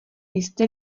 jste